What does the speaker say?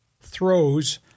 throws